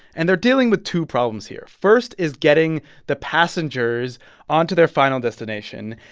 and they're dealing with two problems here. first is getting the passengers on to their final destination.